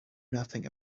nothing